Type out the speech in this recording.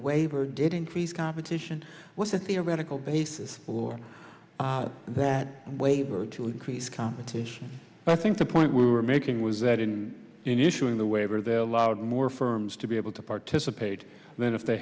waiver did increase competition was a theoretical basis for that waiver to increase competition but i think the point we were making was that in in issuing the waiver they allowed more firms to be able to participate then if they